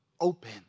open